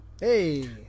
Hey